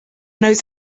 knows